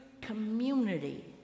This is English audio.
community